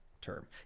term